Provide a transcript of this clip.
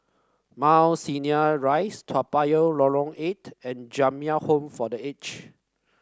Mount Sinai Rise Toa Payoh Lorong Eight and Jamiyah Home for The Aged